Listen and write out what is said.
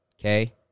okay